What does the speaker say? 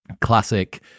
classic